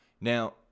Now